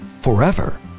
forever